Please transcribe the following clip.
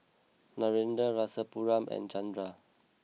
Narendra Rasipuram and Chanda